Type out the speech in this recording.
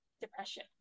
depression